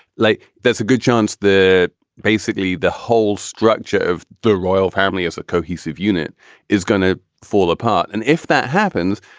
like there's a good chance the basically the whole structure of the royal family as a cohesive unit is going to fall apart. and if that happens,